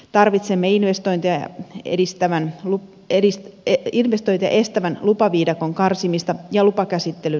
tarvitsemme investointeja estävän lupaviidakon karsimista ja lupakäsittelyn nopeuttamista